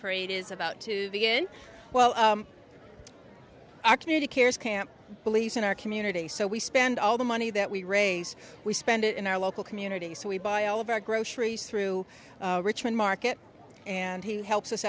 parade is about to begin well our community cares can't police in our community so we spend all the money that we raise we spend it in our local community so we buy all of our groceries through richmond market and he helps us